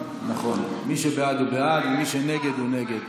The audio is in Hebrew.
מי שבעד הוא בעד ומי שנגד הוא נגד.